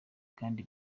kandi